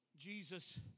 Jesus